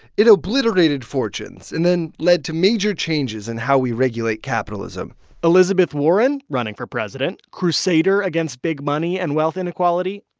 it obliterated fortunes and then led to major changes in how we regulate capitalism elizabeth warren, running for president, crusader against big money and wealth inequality,